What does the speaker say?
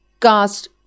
cast